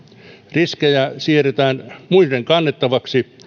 riskejä siirretään muiden kannettavaksi